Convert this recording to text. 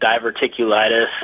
diverticulitis